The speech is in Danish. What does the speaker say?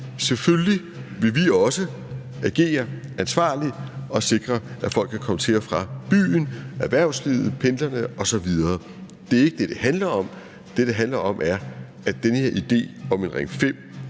Selvfølgelig vil vi også agere ansvarligt og sikre, at folk kan komme til og fra byen – erhvervslivet, pendlerne osv. Det er ikke det, det handler om. Det, det handler om, er, at den her idé om en Ring 5